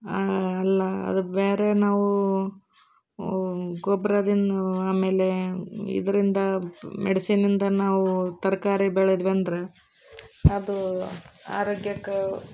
ಅಲ್ಲ ಅದು ಬೇರೆ ನಾವು ಗೊಬ್ಬರದಿಂದ ಆಮೇಲೆ ಇದರಿಂದ ಮೆಡಿಸಿನಿಂದ ನಾವು ತರಕಾರಿ ಬೆಳೆದೆವೆಂದ್ರೆ ಅದು ಆರೋಗ್ಯಕ್ಕೆ